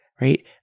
right